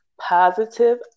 positive